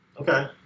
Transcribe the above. Okay